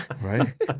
right